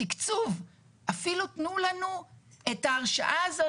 תקצוב - אפילו תנו לנו את ההרשאה הזאת